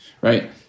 right